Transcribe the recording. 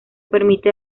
permite